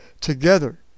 together